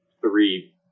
three